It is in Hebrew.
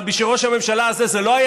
אבל בשביל ראש הממשלה הזה זה לא היה